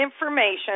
information